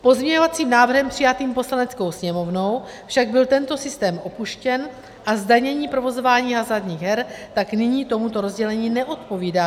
Pozměňovacím návrhem přijatým Poslaneckou sněmovnou však byl tento systém opuštěn a zdanění provozování hazardních her tak nyní tomuto rozdělení neodpovídá.